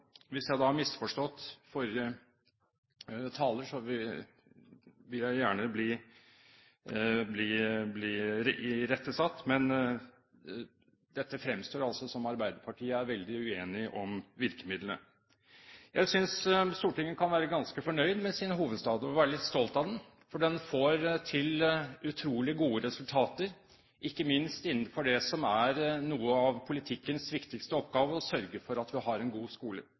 Hvis jeg har misforstått forrige taler, vil jeg gjerne bli irettesatt, men det fremstår altså som om Arbeiderpartiet er veldig uenig i virkemidlene. Jeg synes Stortinget kan være ganske fornøyd med sin hovedstad og være litt stolt av den, for den får til utrolig gode resultater, ikke minst innenfor det som er en av politikkens viktigste oppgaver: å sørge for at vi har en god skole.